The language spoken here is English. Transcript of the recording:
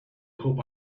hope